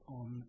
on